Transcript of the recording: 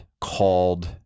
called